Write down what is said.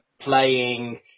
playing